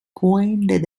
coined